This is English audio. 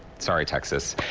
sorry, texas,